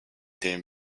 dem